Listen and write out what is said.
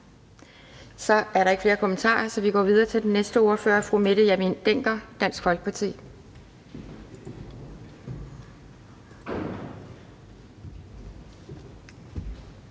Der er ikke flere kommentarer, så vi går videre til den næste ordfører. Fru Mette Hjermind Dencker, Dansk Folkeparti.